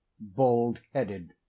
Bald-headed